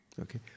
okay